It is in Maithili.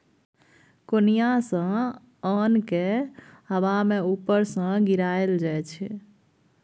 कोनियाँ सँ ओन केँ हबा मे उपर सँ गिराएल जाइ छै